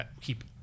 keep